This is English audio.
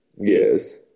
Yes